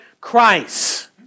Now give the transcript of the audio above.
Christ